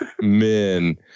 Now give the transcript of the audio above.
men